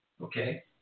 Okay